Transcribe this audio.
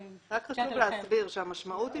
רק חשוב להסביר שהמשמעות היא